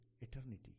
eternity